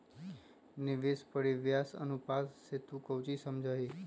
निवेश परिव्यास अनुपात से तू कौची समझा हीं?